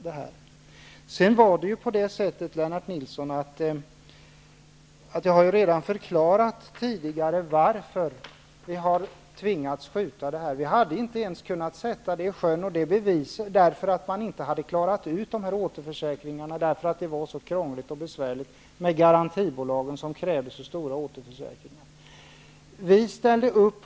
Jag har redan tidigare förklarat, Lennart Nilsson, varför vi har tvingats skjuta på frågan. Vi hade inte ens kunnat sätta detta i sjön, eftersom frågan om återförsäkringar inte hade klarats ut. Det hela var så krångligt med garantibolagen som krävde så stora återförsäkringar.